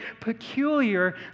peculiar